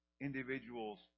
individuals